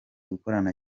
gukorana